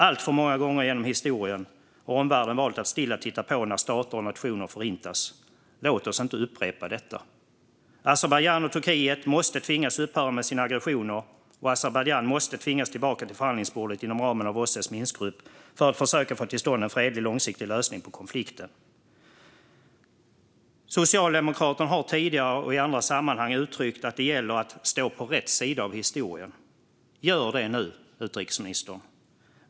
Alltför många gånger genom historien har omvärlden valt att stilla titta på när stater och nationer förintas. Låt oss inte upprepa detta! Azerbajdzjan och Turkiet måste tvingas upphöra med sina aggressioner, och Azerbajdzjan måste tvingas tillbaka till förhandlingsbordet inom ramen av OSSE:s Minskgrupp för att man ska försöka få till stånd en fredlig långsiktig lösning på konflikten. Socialdemokraterna har tidigare och i andra sammanhang uttryckt att det gäller att stå på rätt sida av historien. Gör det nu, utrikesministern!